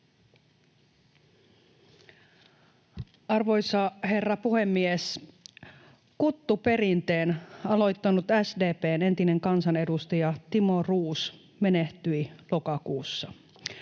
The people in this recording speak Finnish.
Arvoisa herra puhemies! Kuttuperinteen aloittanut SDP:n entinen kansanedustaja Timo Roos menehtyi lokakuussa.